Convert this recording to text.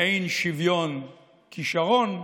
באין שוויון כישרון,